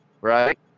Right